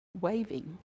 waving